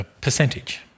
percentage